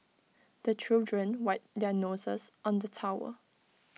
the children wipe their noses on the towel